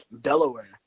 Delaware